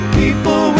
people